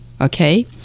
Okay